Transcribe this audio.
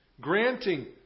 granting